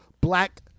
black